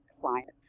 client